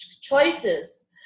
choices